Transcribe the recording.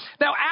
Now